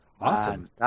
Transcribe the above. awesome